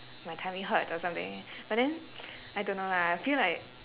my tummy hurts or something but then I don't know lah I feel like